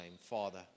Father